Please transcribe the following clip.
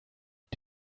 mit